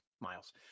Miles